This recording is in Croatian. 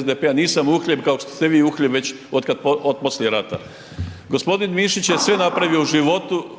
SDP-a, nisam uhljeb kao što ste vi uhljeb već od poslije rata. g. Mišić je sve napravio u životu,